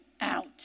out